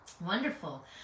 Wonderful